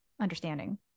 understanding